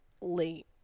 late